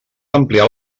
ampliar